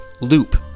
Loop